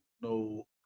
no